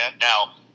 Now